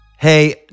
Hey